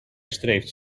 streeft